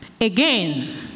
again